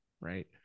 Right